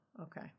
okay